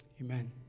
amen